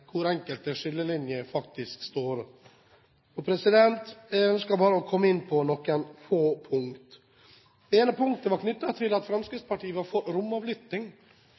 hvor enkelte skillelinjer faktisk går. Jeg ønsker bare å komme inn på noen få punkter. Det ene punktet er knyttet til at Fremskrittspartiet var for romavlytting,